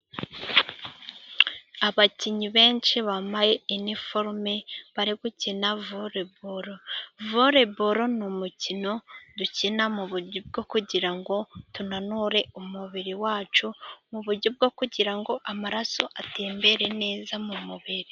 Abakinnyi benshi bambaye iniforme bari gukina voreboro, voreboro ni umukino dukina mu buryo bwo kugira ngo tunanure umubiri wacu mu buryo bwo kugira ngo amaraso atembere neza mu mubiri.